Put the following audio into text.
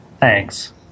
thanks